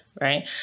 right